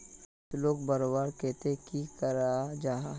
फसलोक बढ़वार केते की करा जाहा?